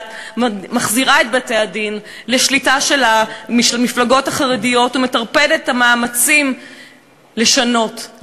מחזיר את בתי-הדין לשליטה של המפלגות החרדיות ומטרפד את המאמצים לשנות,